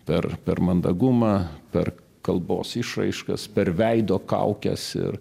per per mandagumą per kalbos išraiškas per veido kaukes ir